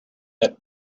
that